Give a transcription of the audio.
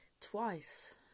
Twice